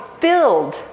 filled